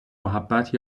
محبت